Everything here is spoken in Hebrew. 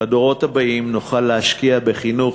לדורות הבאים נוכל להשקיע בחינוך,